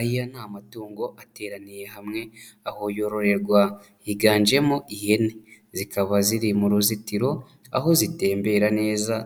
Aya ni matungo ateraniye hamwe, aho yororerwa, higanjemo ihene, zikaba ziri mu ruzitiro, aho zitembera neza,